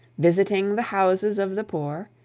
visiting the houses of the poor,